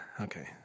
Okay